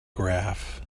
graph